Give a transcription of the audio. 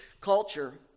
culture